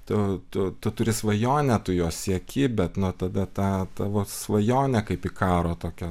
tu tu tu turi svajonę tu jos sieki bet nuo tada tą tavo svajonę kaip ikaro tokią